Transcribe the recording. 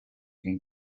quien